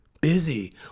busy